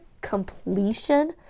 completion